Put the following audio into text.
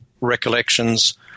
recollections